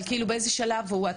אבל באיזה שלב הוא?